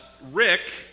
Rick